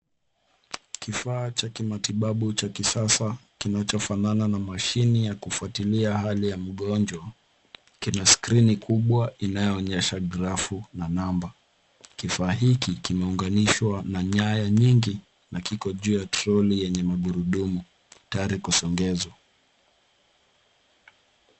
Kifaa cha kimatibabu cha kisasa kinacho fanana na mashine ya kufuatilia hali ya mgonjwa kina skrini kubwa inayo onyesha grafu na namba. Kifaa hiki kimeunganishwa na nyaya nyingi na Kiko juu ya troli yenye magurudumu tayari kusongezwa.